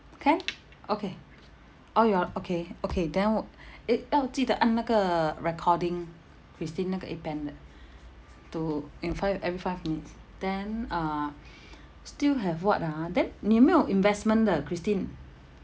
can okay oh your okay okay then w~ eh 要记得按那个 recording christine 那个 appen 的 to inform you every five minutes then uh still have what ah then 你有没有 investment 的 christine